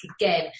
again